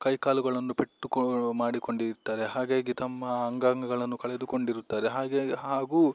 ಕೈ ಕಾಲುಗಳನ್ನು ಪೆಟ್ಟು ಕೋ ಮಾಡಿಕೊಂಡಿರ್ತಾರೆ ಹಾಗಾಗಿ ತಮ್ಮ ಅಂಗಾಂಗಗಳನ್ನು ಕಳೆದುಕೊಂಡಿರುತ್ತಾರೆ ಹಾಗಾಗಿ ಹಾಗೂ